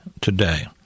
today